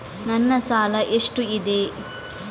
ನನ್ನ ಸಾಲ ಎಷ್ಟು ಇದೆ?